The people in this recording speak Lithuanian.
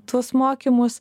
tuos mokymus